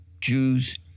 Jews